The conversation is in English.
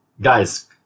Guys